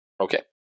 Okay